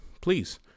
please